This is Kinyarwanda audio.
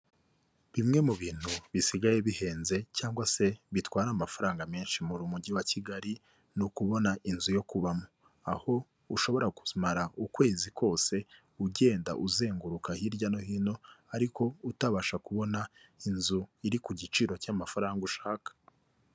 Bimwe mu bintu bisigaye bihenze cyangwa se bitwara amafaranga menshi mu mujyi wa Kigali, ni ukubona inzu yo kubamo, aho ushobora kumara ukwezi kose ugenda uzenguruka hirya no hino, ariko utabasha kubona inzu iri ku giciro cy'amafaranga ushaka.